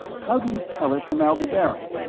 how do you tell it from aldebaran?